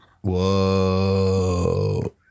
Whoa